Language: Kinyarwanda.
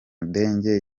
ndege